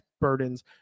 burdens